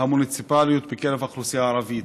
המוניציפליות בקרב האוכלוסייה הערבית.